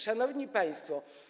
Szanowni Państwo!